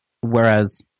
whereas